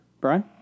Brian